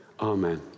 amen